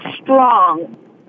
strong